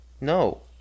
No